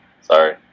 Sorry